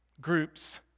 groups